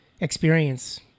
experience